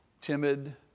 timid